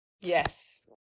yes